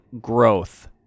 growth